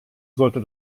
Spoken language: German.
sollte